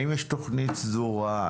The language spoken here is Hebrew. האם יש תוכנית סדורה?